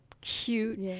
cute